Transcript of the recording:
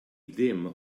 ddim